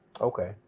okay